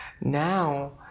Now